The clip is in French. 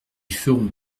ferons